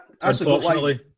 unfortunately